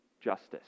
justice